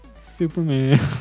Superman